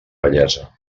bellesa